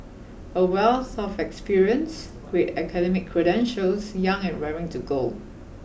a wealth of experience great academic credentials young and raring to go